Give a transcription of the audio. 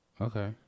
Okay